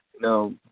No